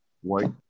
white